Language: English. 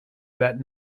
that